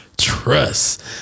Trust